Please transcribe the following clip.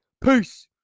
Peace